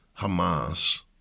Hamas